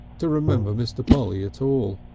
to remember mr. polly at all.